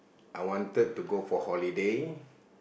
I wanted to go for holiday